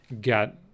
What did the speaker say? get